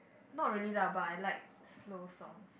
not really lah but I like slow songs